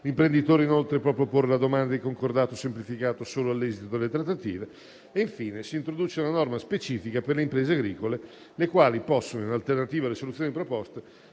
L'imprenditore, inoltre, può proporre la domanda di concordato semplificato solo all'esito delle trattative e, infine, si introduce una norma specifica per le imprese agricole, le quali possono, in alternativa alle soluzioni proposte,